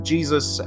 Jesus